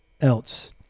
else